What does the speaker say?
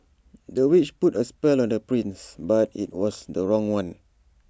the witch put A spell on the prince but IT was the wrong one